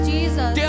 Jesus